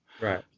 Right